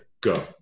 Go